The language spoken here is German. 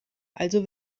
also